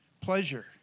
Pleasure